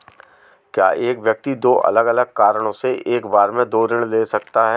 क्या एक व्यक्ति दो अलग अलग कारणों से एक बार में दो ऋण ले सकता है?